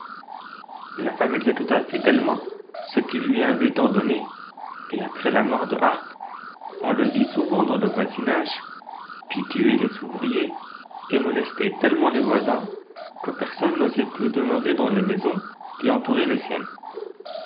la femme exécuta fidèlement ce qu'il lui avait ordonné et après la mort de harppe on le vit souvent dans le voisinage qui tuait les ouvriers et molestait tellement les voisins que personne n'osait plus demeurer dans les maisons qui entouraient la sienne